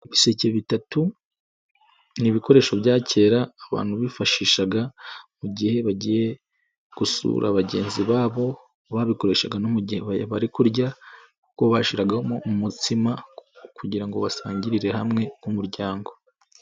Ibiseke bitatu, ni ibikoresho bya kera, abantu bifashishaga, mu gihe bagiye, gusura bagenzi babo, babikoreshaga no mu gihe bagiye kurya kuko bashyiragamo umutsima kugira ngo basangirire hamwe nk'umuryango.